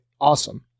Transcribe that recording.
awesome